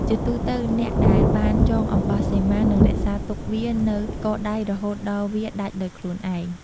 ជាទូទៅ អ្នកដែលបានចងអំបោះសីមានឹងរក្សាទុកវានៅកដៃរហូតដល់វាដាច់ដោយខ្លួនឯង។